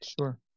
Sure